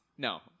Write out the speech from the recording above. No